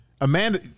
Amanda